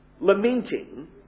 lamenting